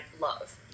love